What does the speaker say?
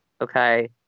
Okay